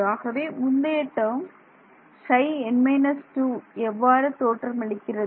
ஆகவே முந்தைய term Ψn−2 என்று தோற்றமளிக்கிறது